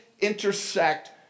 intersect